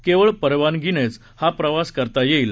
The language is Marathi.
केवळ परवानगीनेच हा प्रवास करता येईल